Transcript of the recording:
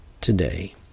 today